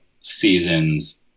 seasons